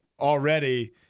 already